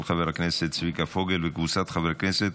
של חבר הכנסת צביקה פוגל וקבוצת חברי הכנסת,